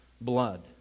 blood